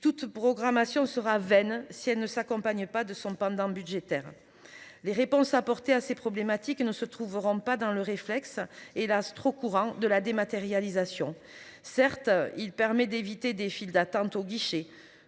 toute programmation sera vaine, si elle ne s'accompagne pas de son pendant budgétaire. Les réponses apportées à ces problématiques et ne se trouveront pas dans le réflexe hélas trop courant de la dématérialisation, certes il permet d'éviter des files d'attente aux guichets